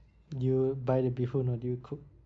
you buy the bee hoon or did you cook